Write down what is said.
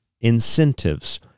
Incentives